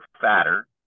fatter